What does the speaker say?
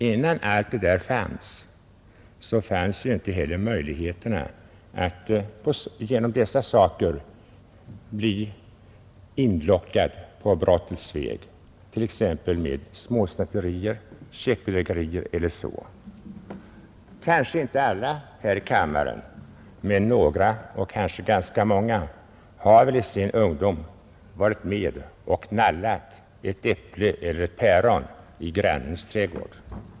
Innan allt detta fanns, fanns inte heller möjligheterna att därigenom bli inlockad på brottets väg t.ex. med småsnatterier, checkbedrägerier etc. Kanske inte alla här i kammaren men några eller t.o.m. ganska många har säkert i sin ungdom varit med om att ”nalla” ett äpple eller ett päron i grannens trädgård.